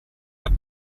hat